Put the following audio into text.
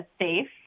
safe